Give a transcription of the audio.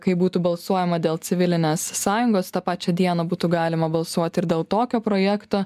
kai būtų balsuojama dėl civilinės sąjungos tą pačią dieną būtų galima balsuoti ir dėl tokio projekto